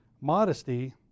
modesty